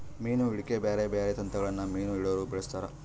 ಮೀನು ಹಿಡೆಕ ಬ್ಯಾರೆ ಬ್ಯಾರೆ ತಂತ್ರಗಳನ್ನ ಮೀನು ಹಿಡೊರು ಬಳಸ್ತಾರ